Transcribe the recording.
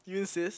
do you insist